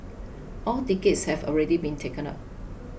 all tickets have already been taken up